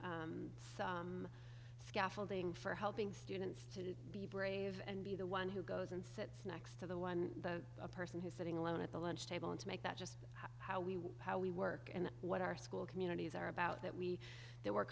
and scaffolding for helping students to be brave and be the one who goes and sits next to the one the person who's sitting alone at the lunch table and to make that just how we how we work and what our school communities are about that we that we